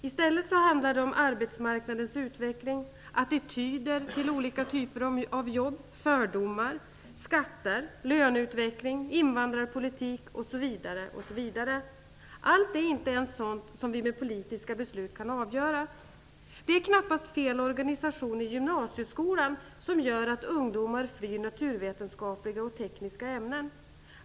I stället gäller de arbetsmarknadens utveckling, attityder till olika typer av jobb, fördomar, skatter, löneutveckling, invandrarpolitik osv. Allt är inte ens sådant som vi med politiska beslut kan avgöra. Det är knappast fel organisation i gymnasieskolan som gör att ungdomar flyr naturvetenskapliga och tekniska ämnen.